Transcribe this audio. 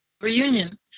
Reunion